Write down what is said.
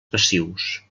passius